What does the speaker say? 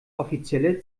offizielle